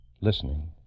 listening